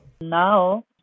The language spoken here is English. Now